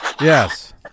Yes